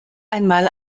einmal